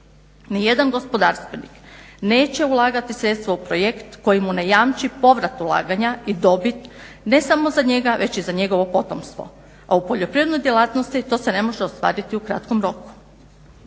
Nijedan gospodarstvenik neće ulagati sredstva u projekt koji mu ne jamči povrat ulaganja i dobit ne samo za njega već i za njegovo potomstvo, a u poljoprivrednoj djelatnosti to se ne može ostvariti u kratkom roku.